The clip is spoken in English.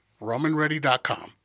RomanReady.com